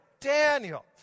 Daniel